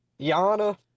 Yana